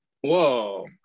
Whoa